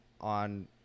on